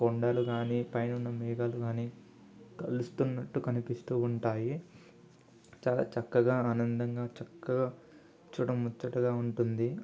ఆ కొండలు కానీ పైన ఉన్నా మేఘాలు కానీ కలుస్తున్నట్టు కనిపిస్తూ ఉంటాయి చాలా చక్కగా ఆనందంగా చక్కగా చూడముచ్చటగా ఉంటుంది